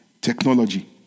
technology